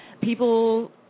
People